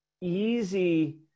easy